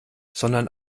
sondern